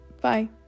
Bye